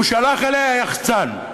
הוא שלח אליה יחצן,